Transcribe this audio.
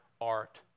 art